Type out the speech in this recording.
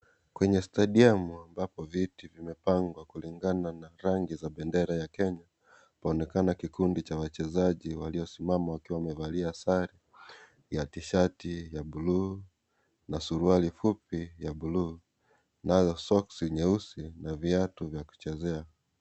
Kwenye stadiumu ambapo viti vimepangwa kulingana na rangi za bendera ya Kenya kuonekana kikundi cha wachezaji waliosimama wakiwa wamevalia sare ya tishati ya buluu na suruali fupi ya buluu nayo soksi nyeusi na viatu vya kuchezea.